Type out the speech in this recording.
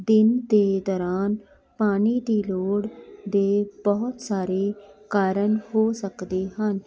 ਦਿਨ ਦੇ ਦੌਰਾਨ ਪਾਣੀ ਦੀ ਲੋੜ ਦੇ ਬਹੁਤ ਸਾਰੇ ਕਾਰਨ ਹੋ ਸਕਦੇ ਹਨ